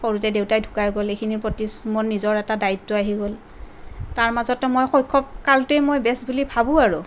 সৰুতে দেউতা ঢুকাই গ'ল এইখিনিৰ প্ৰতি মোৰ নিজৰ এটা দ্বায়িত্ব আহি গ'ল তাৰ মাজতো মই শৈশৱ কালটোৱেই মই বেছ বুলি ভাবোঁ আৰু